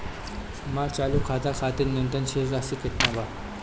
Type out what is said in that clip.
हमर चालू खाता खातिर न्यूनतम शेष राशि केतना बा?